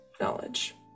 knowledge